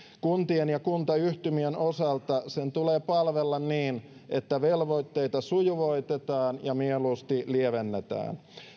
kuntien ja kuntayhtymien osalta sen tulee palvella niin että velvoitteita sujuvoitetaan ja mieluusti lievennetään